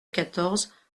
quatorze